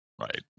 Right